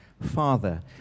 Father